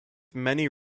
many